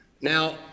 Now